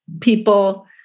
people